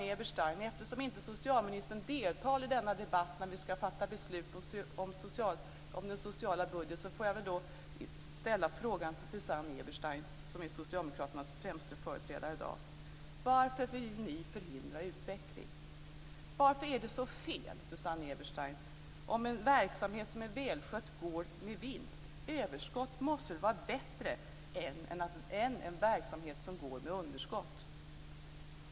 Eftersom socialministern inte deltar i denna debatt där vi ska fatta beslut om budgeten inom det sociala området får jag ställa mina frågor till Susanne Eberstein, som är socialdemokraternas främste företrädare i dag. Varför vill ni förhindra utveckling? Varför är det så fel, Susanne Eberstein, om en verksamhet som är välskött går med vinst? Överskott måste väl vara bättre än en verksamhet som går med underskott?